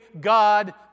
God